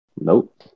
Nope